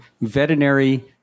veterinary